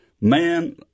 Man